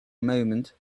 moment